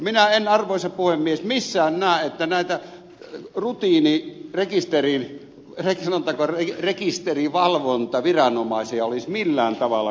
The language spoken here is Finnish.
minä en arvoisa puhemies missään näe että näitä sanotaanko rutiinirekisterivalvontaviranomaisia olisi millään tavalla kuultu